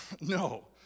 no